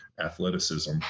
athleticism